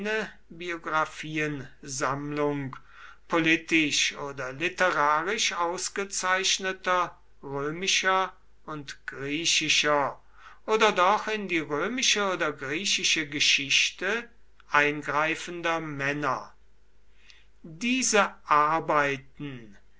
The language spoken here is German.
biographiensammlung politisch oder literarisch ausgezeichneter römischer und griechischer oder doch in die römische oder griechische geschichte eingreifender männer diese arbeiten